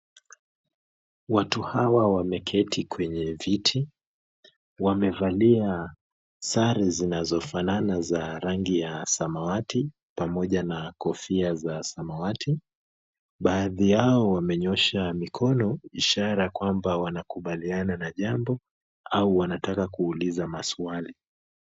Watu hawa wameketi kwenye viti, wamevalia sare zinazofanana za rangi ya samawati, pamoja na kofia za samawati, baadhi yao wamenyosha mikono ishara kwamba wanakubaliana na jambo ama wanataka kuuliza maswali.